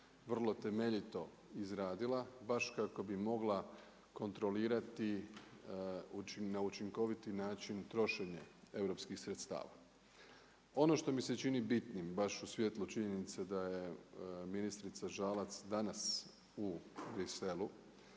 vrlo temeljito izradila, baš kako bi mogla kontrolirati na učinkoviti način trošenje europskih sredstava. Ono što mi se čini bitnim baš u svjetlu činjenice da je ministrica Žalac danas u Bruxellesu,